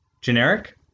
generic